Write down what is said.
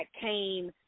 came